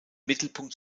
mittelpunkt